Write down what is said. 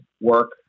work